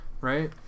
right